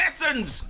Lessons